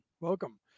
Welcome